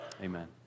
Amen